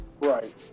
Right